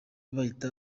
bahita